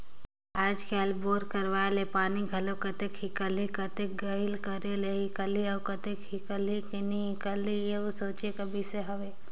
आएज काएल बोर करवाए ले पानी घलो केतना हिकलही, कतेक गहिल करे ले हिकलही अउ हिकलही कि नी हिकलही एहू सोचे कर बिसे हवे